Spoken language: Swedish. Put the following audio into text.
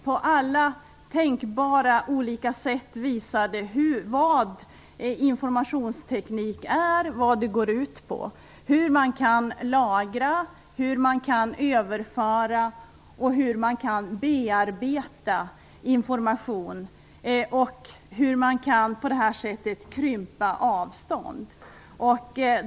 På alla möjliga sätt visade man vad IT är och vad den går ut på. Man visade hur det går att lagra, överföra och bearbeta information samt hur avstånd på det här sättet kan krympas.